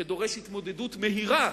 שדורש התמודדות מהירה,